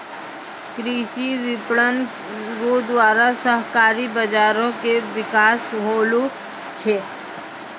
कृषि विपणन रो द्वारा सहकारी बाजारो के बिकास होलो छै